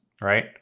right